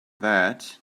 that